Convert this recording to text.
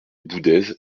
boudaises